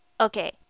Okay